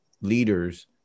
leaders